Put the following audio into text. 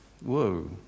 Whoa